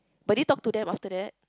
but did you talk to them after that